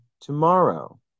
tomorrow